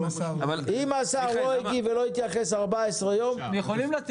אם השר לא הגיב ולא התייחס במשך 14 ימים זה מאושר,